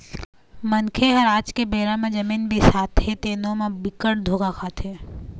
मनखे ह आज के बेरा म जमीन बिसाथे तेनो म बिकट धोखा खाथे